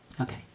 okay